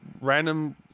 random